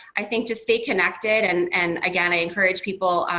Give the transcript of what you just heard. i think just stay connected. and and again, i encourage people,